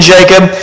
Jacob